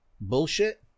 bullshit